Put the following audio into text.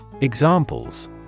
Examples